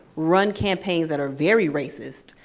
run campaigns that are very racist,